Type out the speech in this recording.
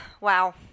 wow